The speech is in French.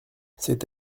c’est